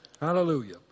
Hallelujah